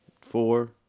Four